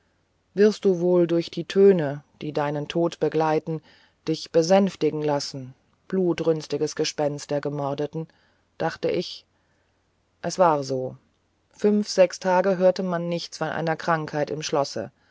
wirst du wohl durch die töne die deinen tod begleiten dich besänftigen lassen blutdürstiges gespenst der gemordeten dachte ich es war so fünf sechs tage hörte man nichts von einer krankheit im schlosse